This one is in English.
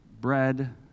Bread